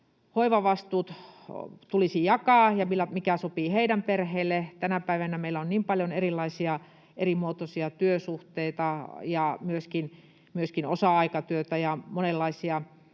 hoivavastuut tulisi jakaa ja mikä sopii heidän perheelleen. Tänä päivänä meillä on niin paljon erilaisia, eri muotoisia työsuhteita ja myöskin osa-aikatyötä ja monenlaisia